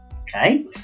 okay